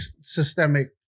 systemic